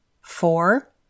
Four